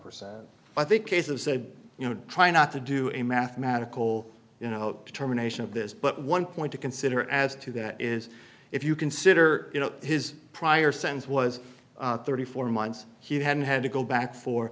percent i think case of said you know try not to do a mathematical you know determination of this but one point to consider as to that is if you consider you know his prior sense was thirty four months he hadn't had to go back for